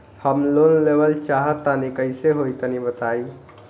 हम लोन लेवल चाहऽ तनि कइसे होई तनि बताई?